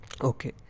Okay